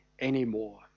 anymore